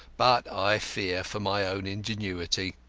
but i fear for my own ingenuity.